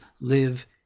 live